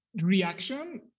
reaction